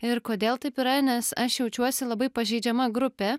ir kodėl taip yra nes aš jaučiuosi labai pažeidžiama grupė